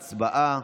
הצבעה.